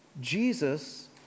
Jesus